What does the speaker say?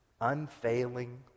unfailing